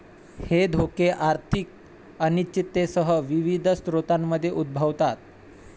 हे धोके आर्थिक अनिश्चिततेसह विविध स्रोतांमधून उद्भवतात